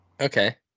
okay